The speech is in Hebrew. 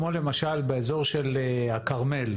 כמו למשל באזור של הכרמל,